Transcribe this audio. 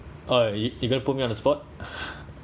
oh you you gonna put me on the spot